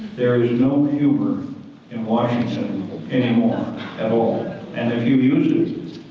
there is no humor in washington anymore at all and if you use it,